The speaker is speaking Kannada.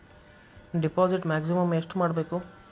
ಡಿಪಾಸಿಟ್ ಮ್ಯಾಕ್ಸಿಮಮ್ ಎಷ್ಟು ಮಾಡಬೇಕು?